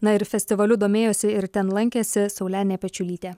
na ir festivaliu domėjosi ir ten lankėsi saulenė pečiulytė